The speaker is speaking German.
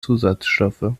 zusatzstoffe